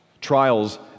trials